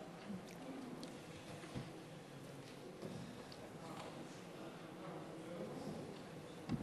בבקשה.